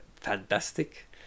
fantastic